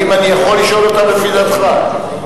אני קובע שהסעיפים 20 25 ועד בכלל עברו לפי הצעת הוועדה.